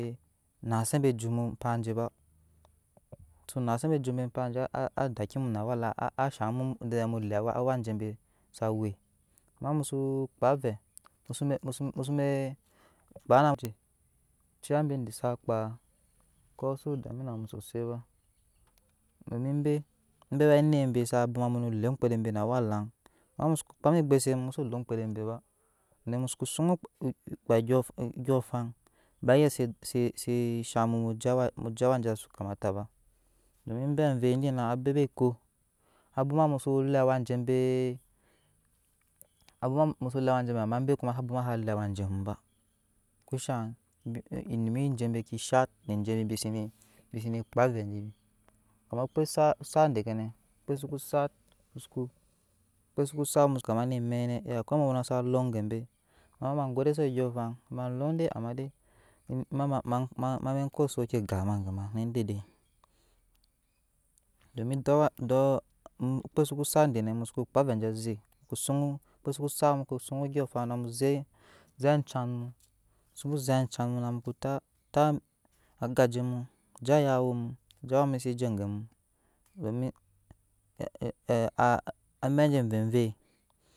Kede mu nazebbe jut mu panjeba musu ko naa sebe jut mu panje wa dakki mu na awa lan ashan mu lee awajebeya wa amek musu kpa vɛɛ suwa ende be za kpaa kɔ su dami namu sosai ba domin be bewe anet be bwama mu no lee anɔkpede be nawa lang amma musuko kpam. egbuse mu musu lee omɔkpede beba amma musuku zud amɔkpɔɔrɔ andyɔɔfan bagyise shan mu jana aje suse kamataba domin embe ombɛi dinan abebe eko abwoma mu lee aw jebe abwoman mu lee awa jebe ama be komasa bwoma mu lee awa jebe awaman mu lee awa jebe ama be komasa bwama sa lee awa je muba ko zhan bebe ke shat ne jebi zene sene kpara avɛi jebi umma okpe sukoo sat dekene kpe su sat akwai ambowbown sa lɔn gebe amma ema ma gode se ondyɔɔfan ma len de ama emama ze ko soki gapma gema ne dede domin duk awa oke suko sagemu kpaa avɛɛ anje aze kpe sukko sat namu sun ondyɔɔfan namu zek zek anjen mu musubo zek jan mu namu tap agajemu je ayawomu je awa mu su je angemu domin amɛk je awvɛi wɛi.